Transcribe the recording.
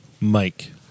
Mike